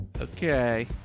Okay